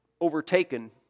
overtaken